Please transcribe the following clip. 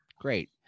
Great